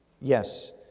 Yes